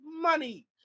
money